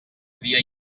cria